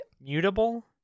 Mutable